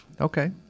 Okay